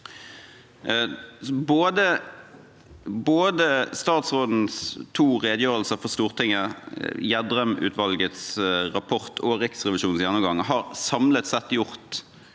Statsrådens to redegjørelser for Stortinget, Gjedremutvalgets rapport og Riksrevisjonens gjennomgang har samlet sett gjort